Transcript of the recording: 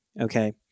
Okay